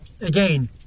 Again